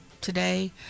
today